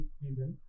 reason